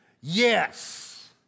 Yes